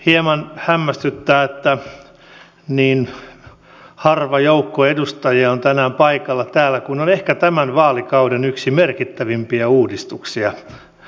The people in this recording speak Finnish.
hieman hämmästyttää että niin harva joukko edustajia on tänään paikalla täällä kun on yksi ehkä tämän vaalikauden merkittävimpiä uudistuksia lähetekeskustelussa